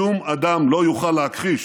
שום אדם לא יוכל להכחיש